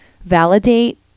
validate